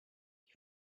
ich